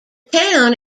town